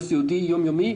סיעודי יום-יומי,